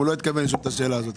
זאת תוכנית חיסכון מצוינת.